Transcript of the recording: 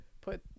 put